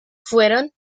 fueron